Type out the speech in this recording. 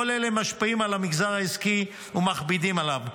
כל אלה משפיעים על המגזר העסקי ומכבידים עליו,